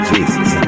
Jesus